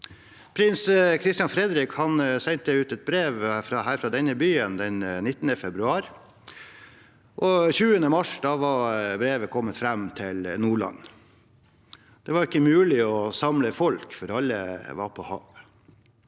Prins Christian Frederik sendte ut et brev, her fra denne byen, den 19. februar, og 20. mars var brevet kommet fram til Nordland. Det var ikke mulig å samle folk, for alle var på havet.